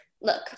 Look